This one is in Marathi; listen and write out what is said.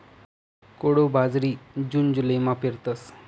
कोडो बाजरी जून जुलैमा पेरतस